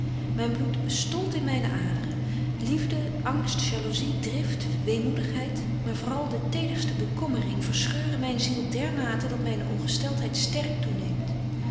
myn bloed stolt in myne aderen liefde angst jalouzie drift weemoedigheid maar vooral de tederste bekommering verscheuren myn ziel dermate dat myne ongesteltheid sterk toeneemt